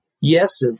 Yes